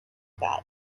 that